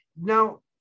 Now